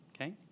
Okay